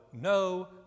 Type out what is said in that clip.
no